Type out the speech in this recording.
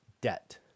debt